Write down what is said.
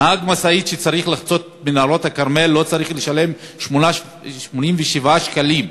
נהג משאית שצריך לחצות את מנהרות הכרמל לא צריך לשלם 87 שקלים.